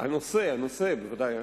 הנושא, בוודאי.